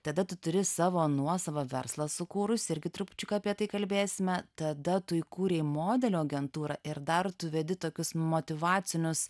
tada tu turi savo nuosavą verslą sukūrusi irgi trupučiuką apie tai kalbėsime tada tu įkūrei modelių agentūrą ir dar tu vedi tokius motyvacinius